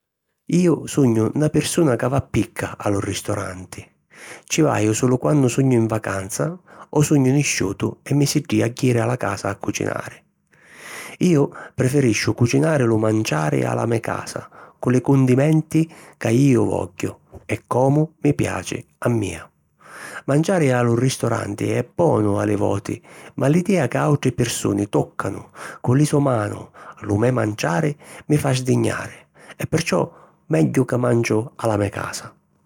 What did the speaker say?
Iu sugnu na pirsuna ca va picca a lu ristoranti. Ci vaju sulu quannu sugnu in vacanza o sugnu nisciutu e mi siddìa jiri a la casa a cucinari. Iu preferisciu cucinari lu manciari a la me casa, cu li cundimenti ca iu vogghiu e comu mi piaci a mia. Manciari a lu ristoranti è bonu a li voti ma l'idea ca àutri pirsuni tòccanu cu li so' manu lu me manciari mi fa sdignari e perciò megghiu ca manciu a la me casa.